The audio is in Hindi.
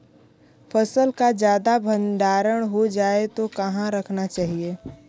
फसल का ज्यादा भंडारण हो जाए तो कहाँ पर रखना चाहिए?